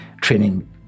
training